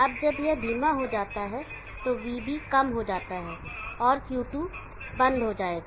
अब जब यह धीमा हो जाता है तो Vb कम हो जाता है Q2 बंद हो जाएगा